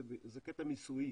זה קטע מיסויי,